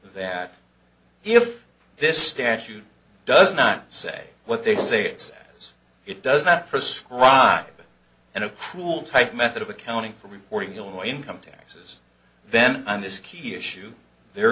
that if this statute does not say what they say is it does not prescribe and a cruel type method of accounting for reporting illinois income tax then on this key issue the